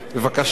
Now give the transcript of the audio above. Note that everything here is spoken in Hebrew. בבקשה.